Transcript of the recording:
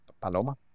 Paloma